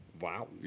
Wow